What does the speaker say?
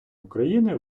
україни